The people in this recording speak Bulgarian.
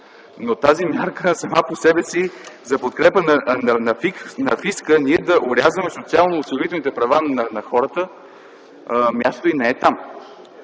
Но тази мярка сама по себе си – за подкрепа на фиска, а ние да орязваме социално-осигурителните права на хората, то мястото й не е там.